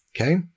Okay